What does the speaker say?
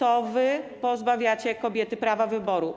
To wy pozbawiacie kobiety prawa wyboru.